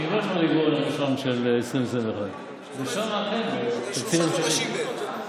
נגלוש, של 2021. זה שלושה חודשים בערך.